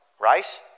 Right